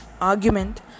argument